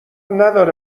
نداره